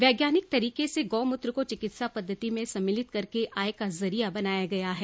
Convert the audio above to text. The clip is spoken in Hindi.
वैज्ञानिक तरीके से गौ मूत्र को चिकित्सा पद्धतिं में सम्मलित करके आय का जरिया बनाया गया है